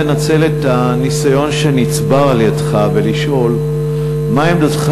לנצל את הניסיון שנצבר אצלך ולשאול מה עמדתך